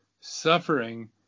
suffering